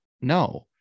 no